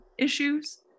issues